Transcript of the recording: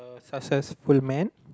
successful man